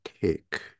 take